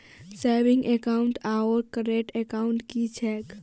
Saving account आओर current account की छैक?